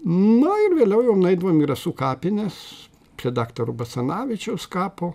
nu ir vėliau jau nueidavom į rasų kapines prie daktaro basanavičiaus kapo